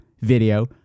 video